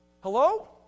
Hello